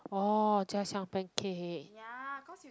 oh jia-xiang pancake